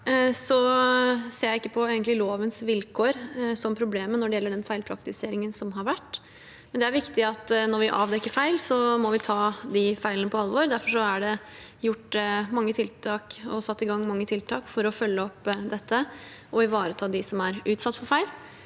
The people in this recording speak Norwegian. egentlig ikke på lovens vilkår som problemet når det gjelder den feilpraktiseringen som har vært. Likevel er det viktig at når vi avdekker feil, må vi ta de feilene på alvor. Derfor er det satt i gang mange tiltak for å følge opp dette og ivareta dem som er utsatt for feil,